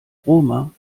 roma